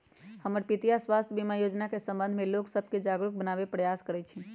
हमर पितीया स्वास्थ्य बीमा जोजना के संबंध में लोग सभके जागरूक बनाबे प्रयास करइ छिन्ह